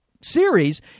series